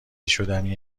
شدنی